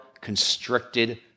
constricted